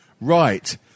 Right